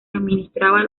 administraba